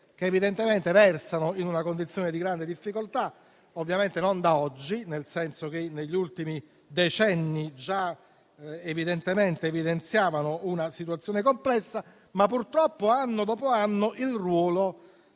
Nazioni Unite, che versano in una condizione di grande difficoltà, ovviamente non da oggi, nel senso che negli ultimi decenni già evidenziavano una situazione complessa. Purtroppo, anno dopo anno, il